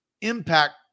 impact